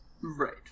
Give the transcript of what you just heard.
Right